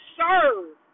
serve